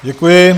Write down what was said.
Děkuji.